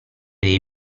dei